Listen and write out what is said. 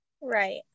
Right